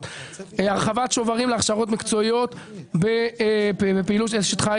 הרחבת שוברים להכשרות מקצועיות בפעילות של אשת חיל